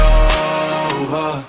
over